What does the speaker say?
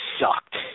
sucked